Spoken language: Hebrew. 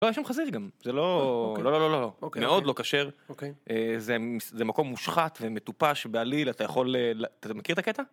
לא, יש שם חזיר גם, זה לא... לא, לא, לא, לא, לא, מאוד לא כשר. אוקיי. זה מקום מושחת ומטופש בעליל, אתה יכול... אתה מכיר את הקטע?